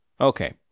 Okay